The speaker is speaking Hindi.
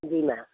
जी मैम